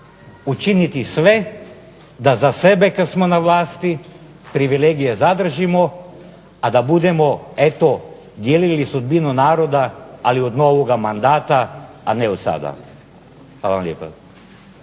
Učiniti sve da za sebe kad smo na vlasti privilegije zadržimo, a da budemo eto dijelili sudbinu naroda, ali od novoga mandata, a ne od sada. Hvala vam lijepa.